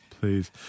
please